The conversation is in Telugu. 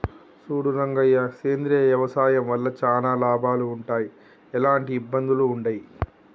సూడు రంగయ్య సేంద్రియ వ్యవసాయం వల్ల చానా లాభాలు వుంటయ్, ఎలాంటి ఇబ్బందులూ వుండయి